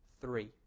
three